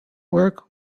work